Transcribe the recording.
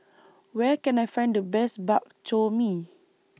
Where Can I Find The Best Bak Chor Mee